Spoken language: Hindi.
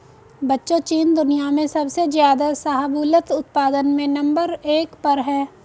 बच्चों चीन दुनिया में सबसे ज्यादा शाहबूलत उत्पादन में नंबर एक पर है